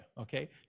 okay